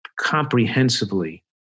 comprehensively